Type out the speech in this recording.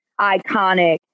iconic